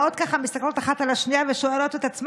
בעימותים הללו עולות גם טענות מצד גופי